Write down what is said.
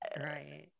right